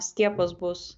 skiepas bus